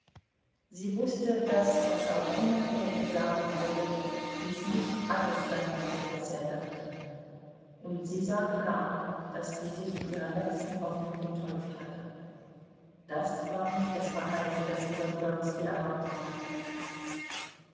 sie wußte daß was auch immer er ihr sagen würde dies nicht alles sein werde was er dachte und sie sah klar daß sie sich in ihrer letzten hoffnung getäuscht hatte das war nicht das verhalten das sie von wronski erwartet hatte